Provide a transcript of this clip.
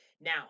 Now